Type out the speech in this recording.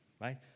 right